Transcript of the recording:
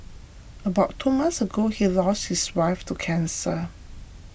about two months ago he lost his wife to cancer